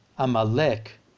Amalek